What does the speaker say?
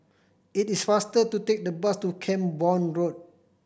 it is faster to take the bus to Camborne Road